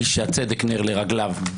איש שהצדק נר לרגליו.